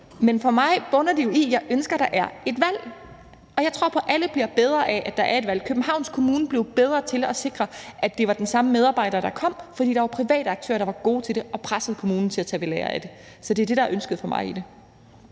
men for mig bunder det i, at jeg ønsker, at der er et valg, og jeg tror på, at alle bliver bedre af, at der er et valg. Københavns Kommune blev bedre til at sikre, at det var den samme medarbejder, der kom, fordi der var private aktører, der var gode til det og pressede kommunen til at tage ved lære af det. Så det er det, der er ønsket for mig i det.